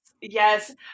yes